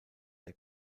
der